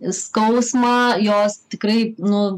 skausmą jos tikrai nu